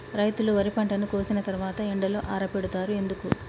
రైతులు వరి పంటను కోసిన తర్వాత ఎండలో ఆరబెడుతరు ఎందుకు?